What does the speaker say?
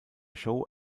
show